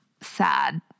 Sad